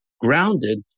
grounded